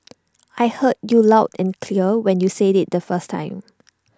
I heard you loud and clear when you said IT the first time